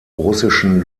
russischen